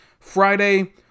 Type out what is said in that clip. Friday